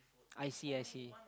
I see I see